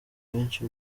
benshi